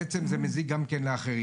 גם לאחרים.